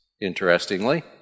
interestingly